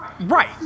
Right